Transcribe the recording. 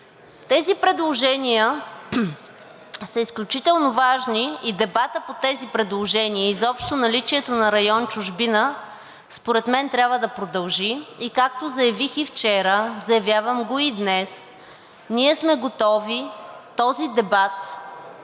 Тези предложения са изключително важни. Дебатът по тези предложения, изобщо наличието на район „Чужбина“ според мен трябва да продължи. Както заявих и вчера, заявявам го и днес, ние сме готови този дебат да бъде